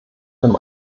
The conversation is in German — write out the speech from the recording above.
dem